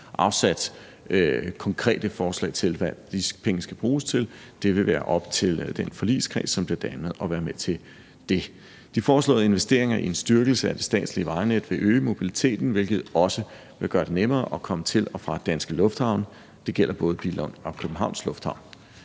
afsat konkrete forslag til, hvad de penge skal bruges til. Det vil være op til den forligskreds, som bliver dannet, at være med til det. De foreslåede investeringer i en styrkelse af det statslige vejnet vil øge mobiliteten, hvilket også vil gøre det nemmere at komme til og fra danske lufthavne. Det gælder både Billund og Københavns Lufthavn.